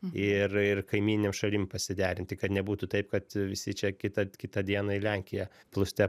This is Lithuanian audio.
ir ir kaimyninėm šalim pasiderinti kad nebūtų taip kad visi čia kitą kitą dieną į lenkiją plūste